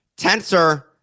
Tensor